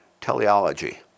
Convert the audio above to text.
teleology